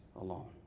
alone